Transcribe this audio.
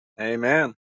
Amen